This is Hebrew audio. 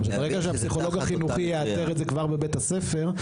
למשל ברגע שהפסיכולוג החינוכי יאתר את זה כבר בבית הספר,